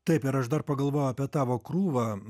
taip ir aš dar pagalvojau apie tavo krūvą